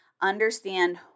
understand